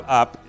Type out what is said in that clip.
up